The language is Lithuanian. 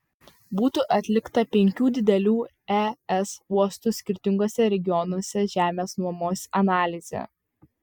būtų atlikta penkių didelių es uostų skirtinguose regionuose žemės nuomos analizė